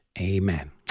Amen